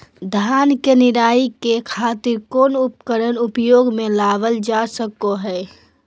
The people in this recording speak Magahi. धान के निराई के खातिर कौन उपकरण उपयोग मे लावल जा सको हय?